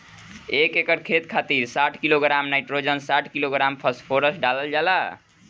एक एकड़ खेत खातिर साठ किलोग्राम नाइट्रोजन साठ किलोग्राम फास्फोरस डालल जाला?